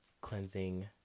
cleansing